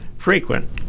Frequent